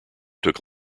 took